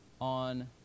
on